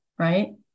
right